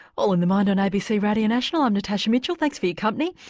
all in the mind on abc radio national, i'm natasha mitchell, thanks for your company.